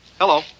Hello